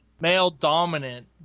Male-dominant